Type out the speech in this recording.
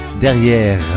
Derrière